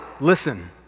listen